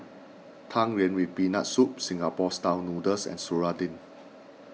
Tang Yuen with Peanut Soups Singapore Style Noodles and Serunding